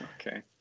Okay